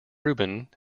rubin